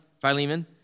Philemon